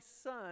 son